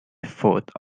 vote